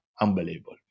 unbelievable